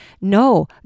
no